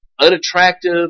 unattractive